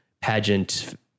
pageant